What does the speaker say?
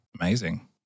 Amazing